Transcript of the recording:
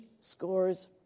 scores